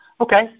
Okay